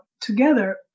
together